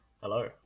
Hello